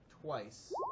twice